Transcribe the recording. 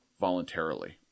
voluntarily